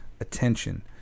attention